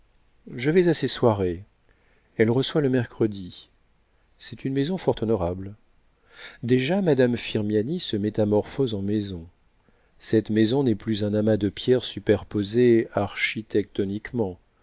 je vais à ses soirées elle reçoit le mercredi c'est une maison fort honorable déjà madame firmiani se métamorphose en maison cette maison n'est plus un amas de pierres superposées